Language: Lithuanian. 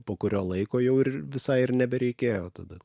po kurio laiko jau ir visai ir nebereikėjo tada